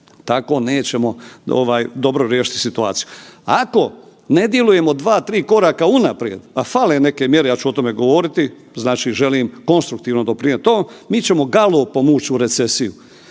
Tako nećemo ovaj dobro riješiti situaciju. Ako ne djelujemo 2-3 koraka unaprijed, a fale neke mjere, ja ću o tome govoriti, znači želim konstruktivno doprinijeti tom, mi ćemo galopom uć u recesiju.